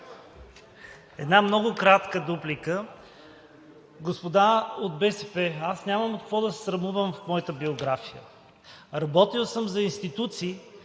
Една много кратка дуплика. Господа от БСП, аз нямам от какво да се срамувам в моята биография. Работил съм за институции,